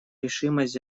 решимость